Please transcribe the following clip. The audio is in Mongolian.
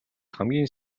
хамгийн